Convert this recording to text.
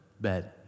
bed